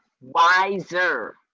wiser